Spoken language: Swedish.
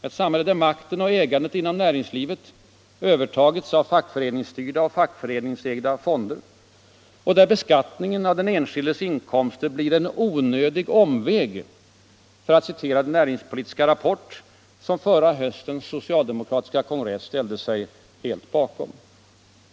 Ett samhälle där makten och ägandet inom näringslivet har övertagits av fackföreningsstyrda och fackföreningsägda fonder och där beskattningen av den enskildes inkomster blir en ”onödig omväg” — för att citera den näringspolitiska rapport som förra höstens socialdemokratiska kongress ställde sig helt bakom.